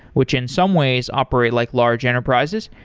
which in some ways operate like large enterprises,